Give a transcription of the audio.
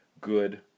good